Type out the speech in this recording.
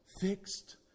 fixed